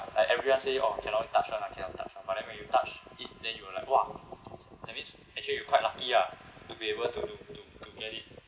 like everyone say oh cannot touch [one] lah cannot touch [one] but then when you touch it then you will like !wah! that means actually you quite lucky ah to be able to to to get it